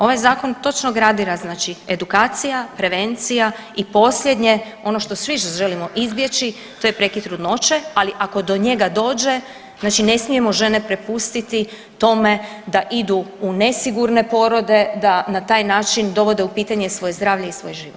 Ovaj zakon točno gradira znači edukacija, prevencija i posljednje ono što svi želimo izbjeći to je prekid trudnoće, ali ako do njega dođe znači ne smijemo žene prepustiti tom da idu u nesigurne porode, da na taj način dovode u pitanje svoje zdravlje i svoj život.